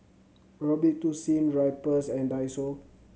Robitussin Drypers and Daiso